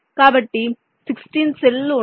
కాబట్టి 16 సెల్ లు ఉన్నాయి